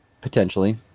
potentially